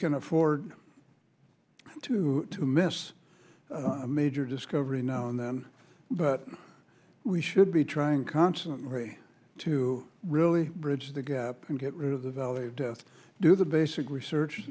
can afford to miss a major discovery now and then but we should be trying concentrate to really bridge the gap and get rid of the valley of death do the basic research